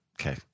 Okay